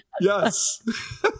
yes